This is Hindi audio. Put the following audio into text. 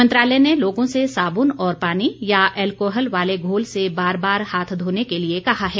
मंत्रालय ने लोगों से साबुन और पानी या एल्कोहल वाले घोल से बार बार हाथ धोने के लिए कहा है